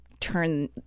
turn